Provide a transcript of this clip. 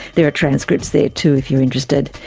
there are transcripts there, too, if you're interested.